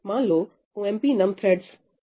मान लो Omp num threads 4 पर सेट है